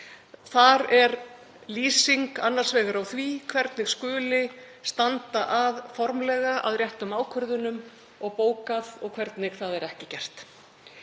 Þar er lýsing annars vegar á því hvernig skuli standa formlega að réttum ákvörðunum og bókað og hvernig það er ekki gert.